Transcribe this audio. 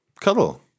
cuddle